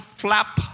flap